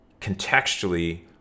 contextually